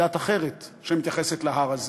דת אחרת שמתייחסת להר הזה,